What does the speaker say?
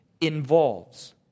Involves